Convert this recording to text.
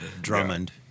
Drummond